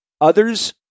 Others